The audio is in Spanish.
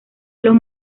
los